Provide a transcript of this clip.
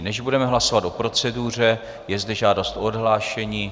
Než budeme hlasovat o proceduře, je zde žádost o odhlášení.